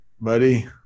buddy